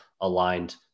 aligned